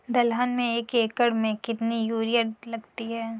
दलहन में एक एकण में कितनी यूरिया लगती है?